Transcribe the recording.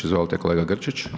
Izvolite kolega Grčić.